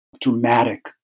dramatic